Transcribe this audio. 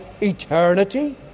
eternity